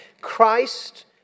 Christ